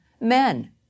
men